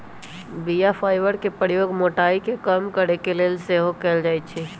बीया फाइबर के प्रयोग मोटाइ के कम करे के लेल सेहो कएल जाइ छइ